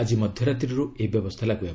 ଆଜି ମଧ୍ୟରାତ୍ରିରୁ ଏହି ବ୍ୟବସ୍ଥା ଲାଗୁ ହେବ